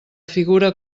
figura